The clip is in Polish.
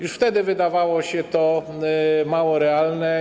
Już wtedy wydawało się to mało realne.